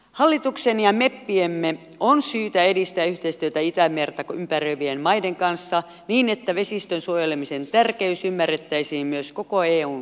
hallituksen ja meppiemme on syytä edistää yhteistyötä itämerta ympäröivien maiden kanssa niin että vesistön suojelemisen tärkeys ymmärrettäisiin myös koko eun kannalta